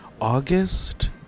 august